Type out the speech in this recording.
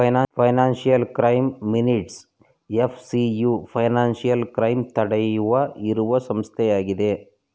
financial crime minutes FCU financial crime ತಡೆಯುವ ಇರುವ ಸಂಸ್ಥೆಯಾಗಿದೆ